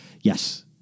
Yes